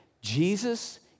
Jesus